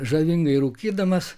žavingai rūkydamas